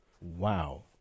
Wow